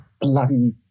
bloody